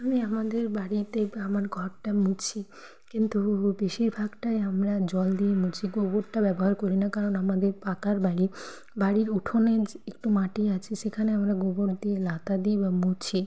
আমি আমাদের বাড়িতে বা আমার ঘরটা মুছি কিন্তু বেশিরভাগটাই আমরা জল দিয়ে মুছি গোবরটা ব্যবহার করি না কারণ আমাদের পাকা বাড়ি বাড়ির উঠোনে যে একটু মাটি আছে সেখানে আমরা গোবর দিয়ে ন্যাতা দিয়ে বা মুছে